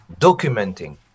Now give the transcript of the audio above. documenting